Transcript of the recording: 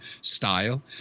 style